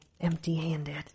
empty-handed